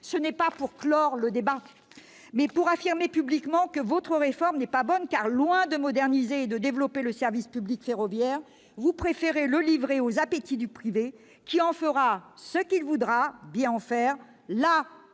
non pas pour clore le débat, mais pour affirmer publiquement que votre réforme n'est pas bonne, madame la ministre, car, loin de moderniser et de développer le service public ferroviaire, vous préférez le livrer aux appétits du privé, qui en fera ce qu'il voudra là où cela